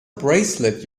bracelet